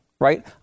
right